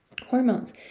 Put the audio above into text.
hormones